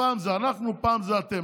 פעם זה אנחנו, פעם זה אתם.